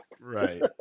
right